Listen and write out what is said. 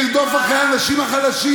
לרדוף אחרי האנשים החלשים,